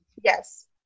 Yes